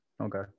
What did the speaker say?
okay